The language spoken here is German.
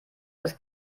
das